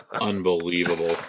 Unbelievable